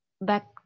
back